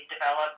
develop